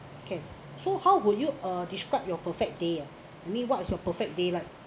okay so how would you uh describe your perfect day ah mean what is your perfect day like